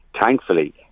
thankfully